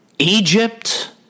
Egypt